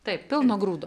taip pilno grūdo